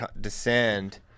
descend